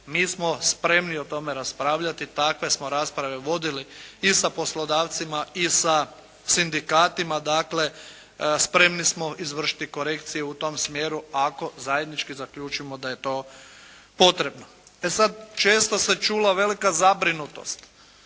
mi smo spremni o tome raspravljati, takve smo rasprave vodili i sa poslodavcima i sa sindikatima. Dakle, spremni smo izvršiti korekcije u tom smjeru ako zajednički zaključimo da je to potrebno. E, sada, često se čula velika zabrinutost